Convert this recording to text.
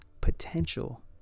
potential